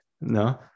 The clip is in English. No